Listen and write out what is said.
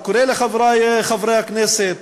אני קורא לחברי חברי הכנסת,